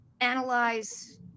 analyze